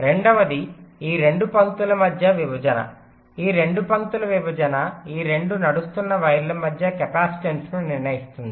రెండవది ఈ 2 పంక్తుల మధ్య విభజన ఈ 2 పంక్తుల విభజన ఈ 2 నడుస్తున్న వైర్ల మధ్య కెపాసిటెన్స్ను నిర్ణయిస్తుంది